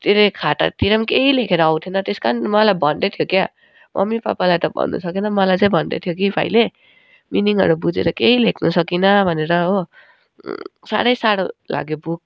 त्यसले खातातिर पनि कही लेखेर आउँदैन त्यस कारण मलाई भन्दै थियो क्या मम्मी पापालाई त भन्नु सकेन मलाई चाहिँ भन्दै थियो कि भाइले मिनिङहरू बुझेर केही लेख्नु सकिन भनेर हो साह्रै साह्रो लाग्यो बुक